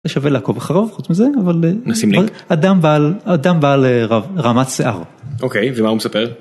שווה לעקוב אחריו חוץ מזה אבל נשים לינק, אדם בעל, אדם בעל, רעמת שיער. אוקיי. ומה הוא מספר?